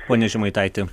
pone žemaitaiti